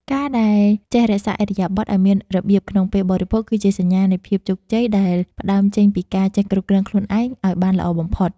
ការដែលចេះរក្សាឥរិយាបថឱ្យមានរបៀបក្នុងពេលបរិភោគគឺជាសញ្ញានៃភាពជោគជ័យដែលផ្តើមចេញពីការចេះគ្រប់គ្រងខ្លួនឯងឱ្យបានល្អបំផុត។